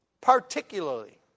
particularly